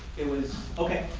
it was okay.